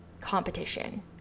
competition